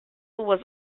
was